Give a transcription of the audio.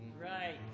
Right